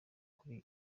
kuri